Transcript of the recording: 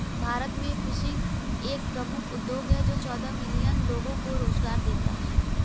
भारत में फिशिंग एक प्रमुख उद्योग है जो चौदह मिलियन लोगों को रोजगार देता है